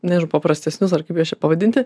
nežinau paprastesnius ar kaip juos čia pavadinti